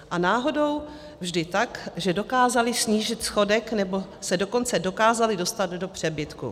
A náhodou vždy tak, že dokázali snížit schodek, nebo se dokonce dokázali dostat do přebytku.